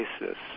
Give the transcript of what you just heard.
basis